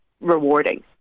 rewarding